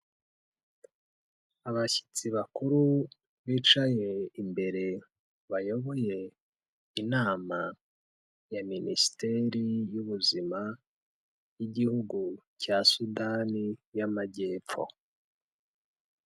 Abashyitsi bakuru bicaye imbere bayoboye inama ya Minisiteri y'Ubuzima y'igihugu cya Sudani y'Amajyepfo.